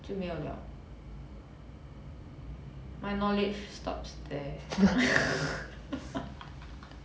就没有了 my knowledge stops there